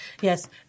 Yes